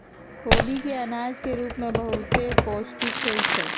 खोबि के अनाज के रूप में बहुते पौष्टिक होइ छइ